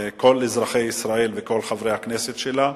כל אזרחי ישראל וכל חברי הכנסת שלה,